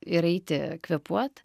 ir eiti kvėpuot